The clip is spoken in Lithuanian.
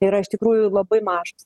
yra iš tikrųjų labai mažas